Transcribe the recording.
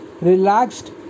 relaxed